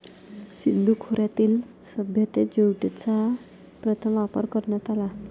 सिंधू खोऱ्यातील सभ्यतेत ज्यूटचा प्रथम वापर करण्यात आला